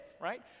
right